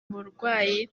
uburwayi